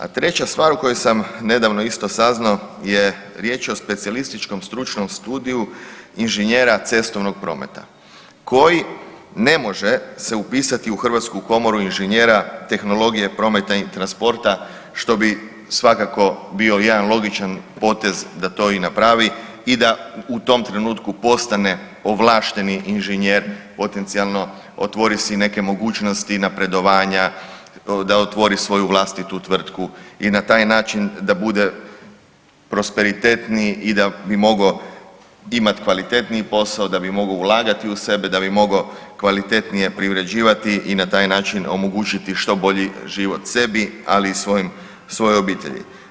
A treća stvar o kojoj sam nedavno isto saznao je riječ o Specijalističkom stručnom studiju inženjera cestovnog prometa koji ne može se upisati u Hrvatsku komoru inženjera tehnologije, prometa i transporta što bi svakako bio jedan logičan potez da to i napravi i da u tom trenutku postane ovlašteni inženjer potencijalno otvori si neke mogućnosti napredovanja da otvori svoju vlastitu tvrtku i na taj način da bude prosperitetniji i da bi mogao imati kvalitetniji posao, da bi mogao ulagati u sebe, da bi mogao kvalitetnije privređivati i na taj način omogućiti što bolji život sebi, ali i svojoj obitelji.